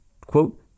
quote